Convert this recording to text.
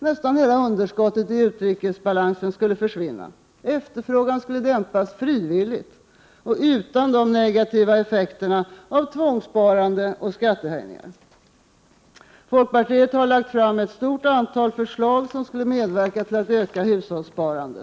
Nästan hela underskottet i utrikesbalansen skulle försvinna. Efterfrågan skulle dämpas frivilligt, utan negativa effekter av tvångssparande och skattehöjningar. Folkpartiet har lagt fram ett stort antal förslag som, om de förverkligas, skulle kunna medverka till att öka hushållssparandet.